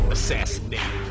Assassinate